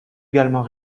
également